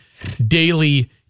daily